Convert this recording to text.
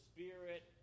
Spirit